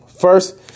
first